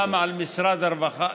גם על משרד הרווחה.